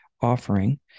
offering